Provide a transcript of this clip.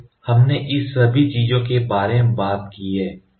तो हमने इस सभी चीजों के बारे में बात की है